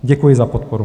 Děkuji za podporu.